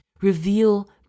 reveal